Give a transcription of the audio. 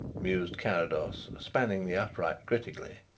mused carrados, spanning the upright critically.